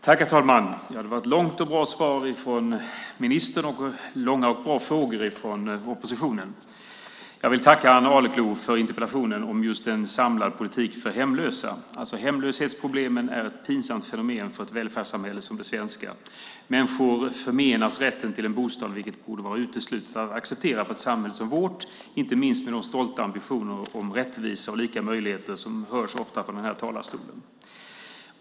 Herr talman! Det var ett långt och bra svar från ministern och långa och bra frågor från oppositionen. Jag vill tacka Ann Arleklo för interpellationen om en samlad politik för hemlösa. Hemlöshetsproblemen är ett pinsamt fenomen för ett välfärdssamhälle som det svenska. Människor förmenas rätten till en bostad, vilket borde vara uteslutet att acceptera för ett samhälle som vårt, inte minst med tanke på de stolta ambitioner om rättvisa och lika möjligheter som ofta hörs från den här talarstolen.